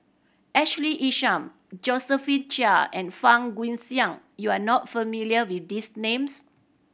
Ashley Isham Josephine Chia and Fang Guixiang you are not familiar with these names